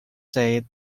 said